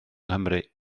nghymru